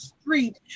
street